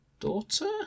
Daughter